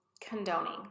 condoning